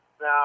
Now